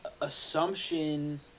assumption